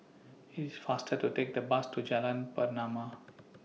IT IS faster to Take The Bus to Jalan Pernama